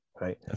right